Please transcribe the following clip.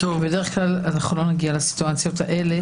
בדרך כלל לא נגיע לסיטואציות האלה,